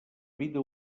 vida